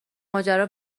ماجرا